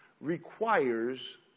requires